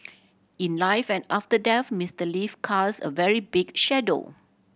in life and after death Mister Lee cast a very big shadow